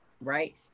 Right